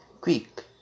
quick